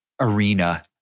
arena